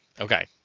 okay